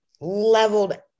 leveled